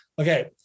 okay